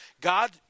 God